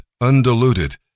undiluted